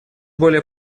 более